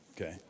okay